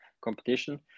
competition